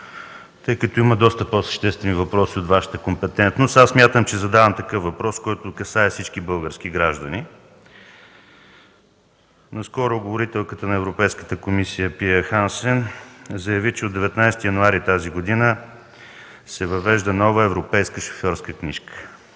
тъй като има доста по-съществени въпроси от Вашата компетентност. Аз смятам, че задавам такъв въпрос, който касае всички български граждани. Наскоро говорителката на Европейската комисия Пиа Хансен заяви, че от 19 януари тази година се въвежда нова европейска шофьорска книжка.